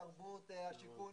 התרבות, השיכון.